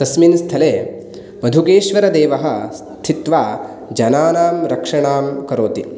तस्मिन् स्थले मधुकेश्वरदेवः स्थित्वा जनानां रक्षणां करोति